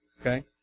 Okay